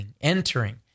entering